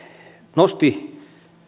nosti